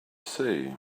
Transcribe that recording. say